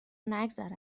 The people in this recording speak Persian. نگذره